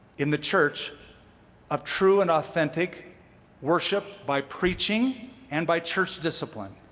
in the church of true and authentic worship by preaching and by church discipline?